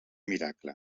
miracle